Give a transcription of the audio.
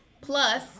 plus